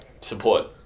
support